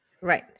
Right